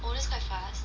oh that's quite fast